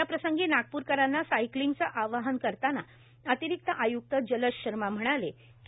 याप्रसंगी नागपूरकरांना सायकलिंगचे आवाहन करतांना अतिरिक्त आयुक्त जलज शर्मा म्हणाले की